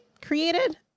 created